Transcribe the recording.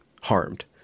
harmed